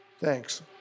thanks